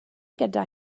gyda